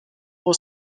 for